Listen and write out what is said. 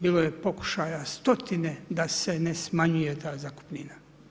Bilo je pokušaja stotine da se ne smanjuje ta zakupnina.